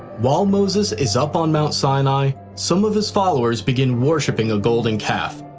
while moses is up on mount sinai, some of his followers begin worshiping a golden calf.